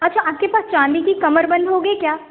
अच्छा आपके पास चाँदी का कमरबंद होगी क्या